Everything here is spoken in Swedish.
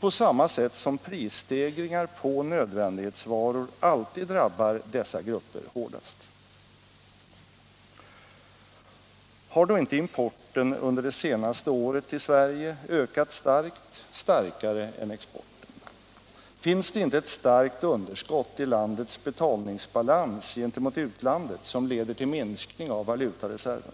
på samma sätt som prisstegringar på nödvändighetsvaror alltid drabbar dessa grupper hårdast. Har då inte importen under det senaste året ökat starkt, starkare än exporten? Finns det inte ett starkt underskott i landets betalningsbalans gentemot utlandet som leder till minskning av valutareserven?